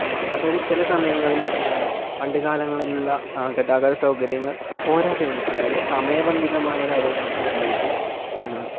അതായത് ചില സമയങ്ങളിൽ പണ്ട് കാലങ്ങളിലുള്ള ഗതാഗത സൗകര്യങ്ങൾ പോരാതെ വന്നു അതായത് സമയബന്ധിതമായ കാര്യങ്ങൾക്ക് വേണ്ടിയിട്ട്